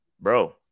bro